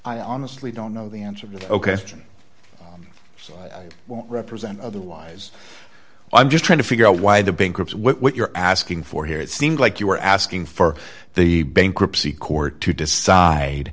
i honestly don't know the answer the question so i won't represent otherwise i'm just trying to figure out why the bankruptcy what you're asking for here it seemed like you were asking for the bankruptcy court to decide